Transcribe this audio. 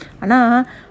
Ana